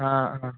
ആ ആ